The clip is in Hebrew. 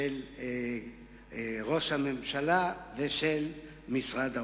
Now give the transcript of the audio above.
של ראש הממשלה ושל משרד האוצר.